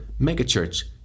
megachurch